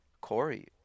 Corey